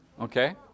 Okay